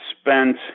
spent